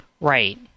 Right